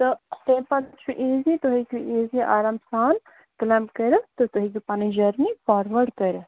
تہٕ تَمہِ پَتہٕ چھُ اِیٖزی تُہۍ ہیٚکِو اِیٖزی آرام سان کٕلَمینٛب کٔرِتھ تہٕ تُہۍ ہیٚکِو پَنٕنۍ جٔرنی فاروٲڑ کٔرِتھ